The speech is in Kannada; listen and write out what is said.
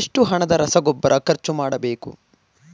ಎಷ್ಟು ಹಣದ ರಸಗೊಬ್ಬರ ಖರ್ಚು ಮಾಡಬೇಕು?